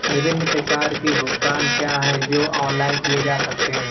विभिन्न प्रकार के भुगतान क्या हैं जो ऑनलाइन किए जा सकते हैं?